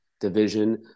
division